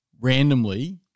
randomly